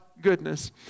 goodness